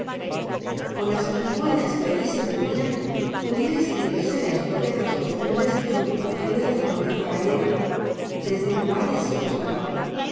con las antiguallas que allí se pudrían pudiera escribirse la historia de las costumbres y ocupaciones de la nobleza gallega desde un par de siglos acá